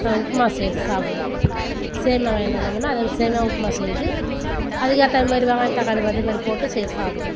உப்புமா செய்து சாப்பிடுவோம் சேமியா வாங்கின்னு வந்தோம்னா அதில் சேமியா உப்புமா செய்து அதுக்கு ஏற்ற மாதிரி வெங்காயம் தக்காளி அதே மாதிரி போட்டு செய்து சாப்பிடுவோம்